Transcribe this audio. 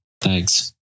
thanks